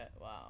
Wow